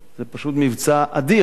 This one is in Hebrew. זה פשוט מבצע אדיר,